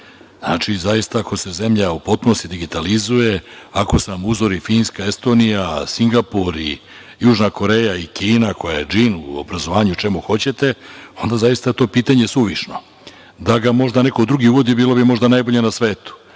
Znači, zaista, ako se zemlja u potpunosti digitalizuje, ako su nam uzori Finska, Estonija, Singapur, Južna Koreja i Kina, koja je džin u obrazovanju i čemu hoćete, onda je zaista to pitanje suvišno. Da ga možda neko drugi uvodi, možda bi bilo najbolje na svetu.